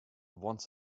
once